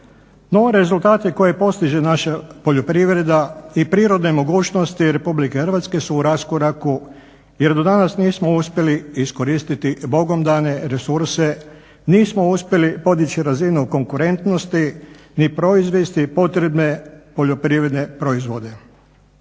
No rezultati koje postiže naša poljoprivreda i prirodne mogućnosti RH su u raskoraku jer do danas nismo uspjeli iskoristiti Bogom dane resurse, nismo uspjeli podići razinu konkurentnosti ni proizvesti potrebne poljoprivredne proizvode.